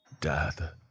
Death